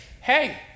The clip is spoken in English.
hey